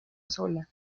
sola